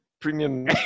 Premium